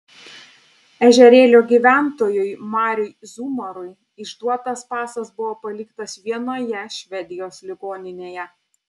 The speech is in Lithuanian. ežerėlio gyventojui mariui zumarui išduotas pasas buvo paliktas vienoje švedijos ligoninėje